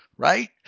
Right